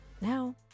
Now